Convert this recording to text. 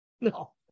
No